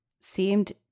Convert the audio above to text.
seemed